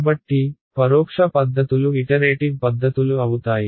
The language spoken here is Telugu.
కాబట్టి పరోక్ష పద్ధతులు ఇటరేటివ్ పద్ధతులు అవుతాయి